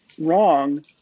wrong